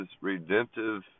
redemptive